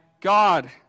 God